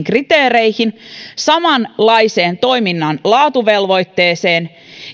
kriteereihin samanlaiseen toiminnan laatuvelvoitteeseen